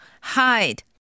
hide